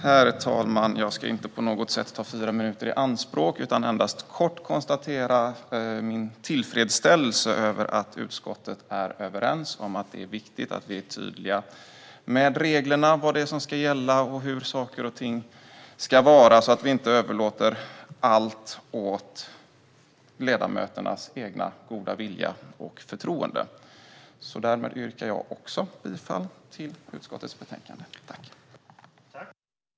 Herr talman! Jag ska endast kort konstatera min tillfredsställelse över att utskottet är överens om att det är viktigt att vi är tydliga med reglerna, vad det är som ska gälla och hur saker och ting ska vara så att vi inte överlåter allt åt ledamöternas egna goda vilja och förtroende. Registrering av gåvor till riksdagsledamöter och registrering av vissa skulder m.m. Därmed yrkar även jag bifall till utskottets förslag i betänkandet.